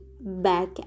back